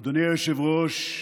אדוני היושב-ראש,